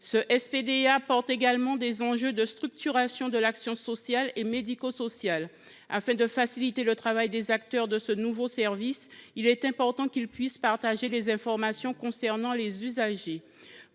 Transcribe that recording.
Ce SPDA porte également des enjeux de structuration de l’action sociale et médico sociale. Afin de faciliter le travail des acteurs de ce nouveau service, il est important qu’ils puissent partager les informations concernant les usagers.